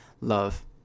love